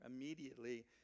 Immediately